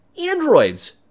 androids